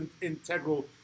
integral